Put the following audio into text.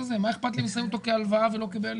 הזה מה איכפת לי אם הם שמים אותו כהלוואה ולא כבעלים?